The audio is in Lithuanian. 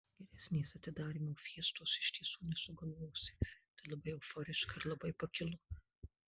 geresnės atidarymo fiestos iš tiesų nesugalvosi tai labai euforiška ir labai pakilu